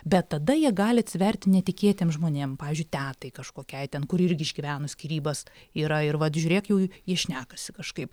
bet tada jie gali atsiverti netikėtiem žmonėm pavyzdžiui tetai kažkokiai ten kur irgi išgyveno skyrybas yra ir vat žiūrėk jau jie šnekasi kažkaip